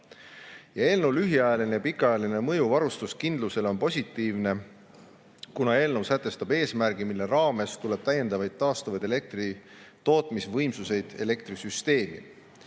Eelnõu lühiajaline ja pikaajaline mõju varustuskindlusele on positiivne, kuna eelnõu sätestab eesmärgi, mille raames tuleb täiendavaid taastuvaid elektritootmisvõimsusi elektrisüsteemi.